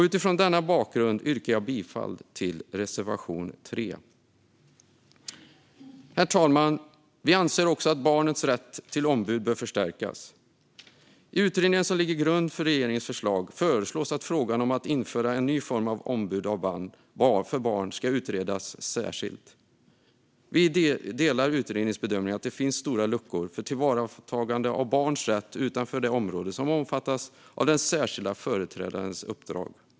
Utifrån denna bakgrund yrkar jag bifall till reservation 3. Herr talman! Vi anser också att barnets rätt till ombud bör förstärkas. I den utredning som ligger till grund för regeringens förslag föreslås att frågan om att införa en ny form av ombud för barn ska utredas särskilt. Vi delar utredningens bedömning att det finns stora luckor när det gäller tillvaratagandet av barns rätt utanför det område som omfattas av den särskilda företrädarens uppdrag.